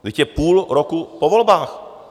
Vždyť je půl roku po volbách.